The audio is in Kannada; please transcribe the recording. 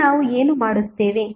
ಈಗ ನಾವು ಏನು ಮಾಡುತ್ತೇವೆ